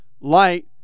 Light